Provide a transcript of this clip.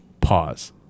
Pause